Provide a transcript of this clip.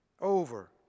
over